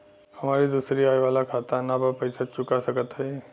हमारी दूसरी आई वाला खाता ना बा पैसा चुका सकत हई?